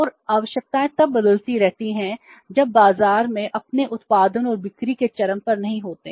और आवश्यकताएं तब बदलती रहती हैं जब हम बाजार में अपने उत्पादन और बिक्री के चरम पर नहीं होते हैं